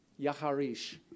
Yaharish